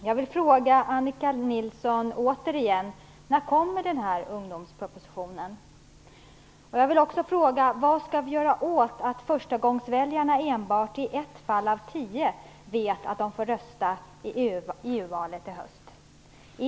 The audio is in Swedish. Fru talman! Jag vill återigen fråga Annika Nilsson när den här ungdomspropositionen kommer. Jag vill också fråga vad vi skall göra åt att förstagångsväljarna enbart i ett fall av tio vet att de får rösta i EU-valet i höst.